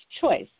choice